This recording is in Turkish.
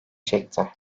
çekti